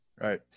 Right